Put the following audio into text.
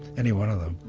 any one of them.